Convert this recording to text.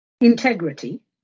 Integrity